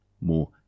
more